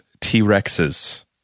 t-rexes